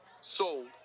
Sold